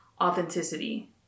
authenticity